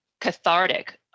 cathartic